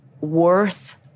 worth